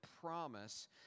promise